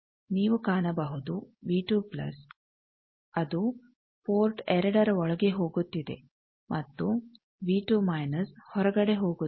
ನೀವು ಕಾಣಬಹುದು ಅದು ಪೋರ್ಟ್ 2 ರ ಒಳಗೆ ಹೋಗುತ್ತಿದೆ ಮತ್ತು ಹೊರಗಡೆ ಹೋಗುತ್ತಿದೆ